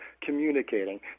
communicating